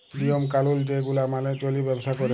লিওম কালুল যে গুলা মালে চল্যে ব্যবসা ক্যরে